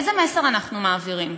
איזה מסר אנחנו מעבירים?